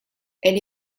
elle